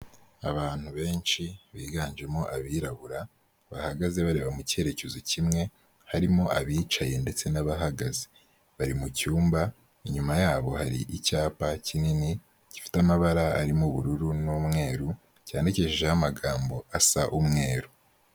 Abantu benshi biganjemo abirabura, bahagaze bareba mu cyerekezo kimwe, harimo abicaye ndetse n'abahagaze. Bari mu cyumba, inyuma yabo hari icyapa kinini gifite amabara arimo ubururu n'umweru, cyandikishijeho amagambo asa umweru.